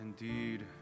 indeed